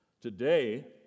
today